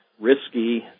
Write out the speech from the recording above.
risky